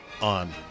On